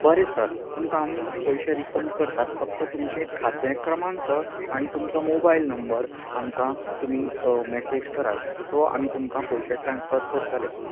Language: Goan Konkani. बरें सर तुमकां आमी पयशें रिफंड करतात फक्त तुमचें खातें क्रमांक आनी तुमचो मोबायल नंबर आमकां तुमी मेसेज करात सो आमी तुमकां पयशें ट्रान्सफर करतलें